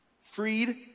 Freed